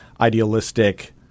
idealistic